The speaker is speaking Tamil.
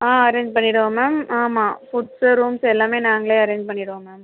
ஆ அரேஞ்ச் பண்ணிடவா மேம் ஆமாம் ஃபுட்ஸு ரூம்ஸ்ஸு எல்லாமே நாங்களே அரேஞ்ச் பண்ணிடுவோம் மேம்